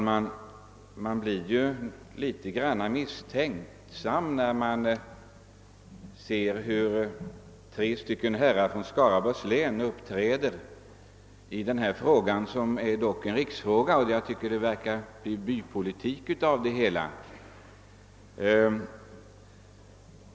Herr talman! Man blir litet misstänksam när tre herrar från Skaraborgs län uppträder i denna fråga, som dock är en riksfråga — det verkar bli bypolitik av det hela.